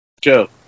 Joe